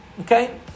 Okay